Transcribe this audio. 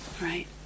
Right